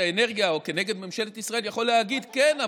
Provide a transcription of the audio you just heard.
האנרגיה או נגד ממשלת ישראל יכול להגיד: כן,